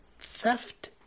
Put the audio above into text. theft